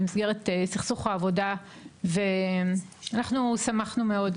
במסגרת סכסוך העבודה ואנחנו שמחנו מאוד,